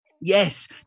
Yes